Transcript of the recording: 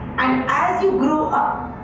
um as you grew up